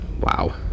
Wow